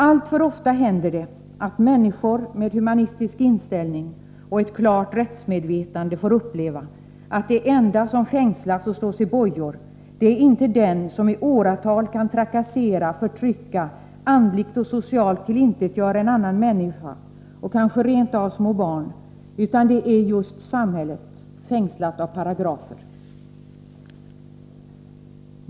Alltför ofta händer det att människor med human inställning och ett klart rättsmedvetande får uppleva att den som fängslas och slås i bojor inte är den som i åratal kan trakassera, förtrycka och andligt och socialt tillintetgöra en annan människa, kanske rent av ett litet barn, utan det är samhället, fängslat av paragrafer.